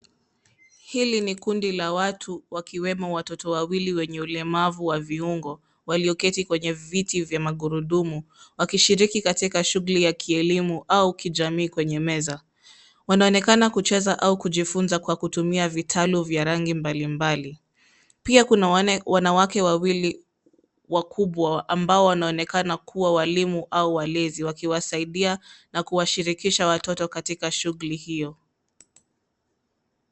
Hili ni kundi la watu wakiwemo watoto wawili wenye ulemavu wa viungo walioketi kwenye viti vya magurudumu wakishiriki katika shughuli ya kielimu au kijamii kwenye meza. Wanaonekana kucheza au kijifunza kwa kutumia vitalu vya rangi mbalimbali. Pia kuna wanawake wawili wakubwa ambao wanaonekana kuwa walimu au walezi wakiwasaidia na kuwashirikisha watoto katika shughuli hiyo.